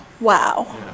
Wow